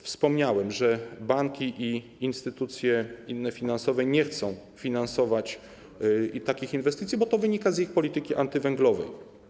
Wspomniałem, że banki i inne instytucje finansowe nie chcą finansować takich inwestycji, bo to wynika z ich polityki antywęglowej.